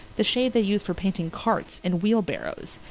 the shade they use for painting carts and wheelbarrows.